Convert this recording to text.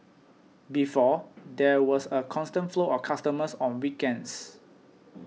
before there was a constant flow of customers on weekends